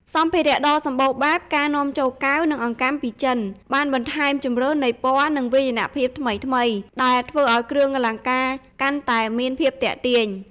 សម្ភារៈដ៏សម្បូរបែប: ការនាំចូលកែវ និងអង្កាំពីចិន បានបន្ថែមជម្រើសនៃពណ៌ និងវាយនភាពថ្មីៗ ដែលធ្វើឱ្យគ្រឿងអលង្ការកាន់តែមានភាពទាក់ទាញ។